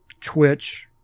twitch